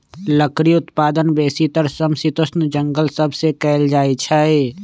लकड़ी उत्पादन बेसीतर समशीतोष्ण जङगल सभ से कएल जाइ छइ